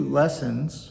lessons